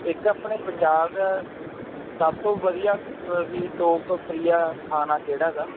ਇੱਕ ਆਪਣੇ ਪੰਜਾਬ ਦਾ ਸਭ ਤੋਂ ਵਧੀਆ ਵੀ ਲੋਕ ਪ੍ਰਿਯਾ ਖਾਣਾ ਕਿਹੜਾ ਗਾ